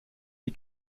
die